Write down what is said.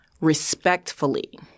respectfully